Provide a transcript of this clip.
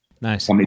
Nice